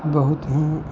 बहुत ही